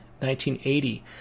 1980